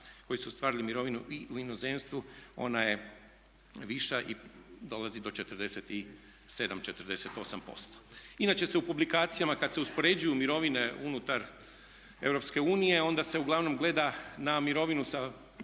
koji su ostvarili mirovinu i u inozemstvu, ona je viša i dolazi do 47, 48%. Inače se u publikacijama kad se uspoređuju mirovine unutar EU onda se uglavnom gleda na mirovinu sa